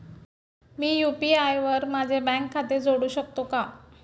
मी UPI वर माझे bank खाते जोडू शकतो का?